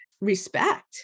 respect